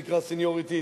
שנקרא סניוריטי,